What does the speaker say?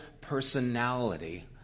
personality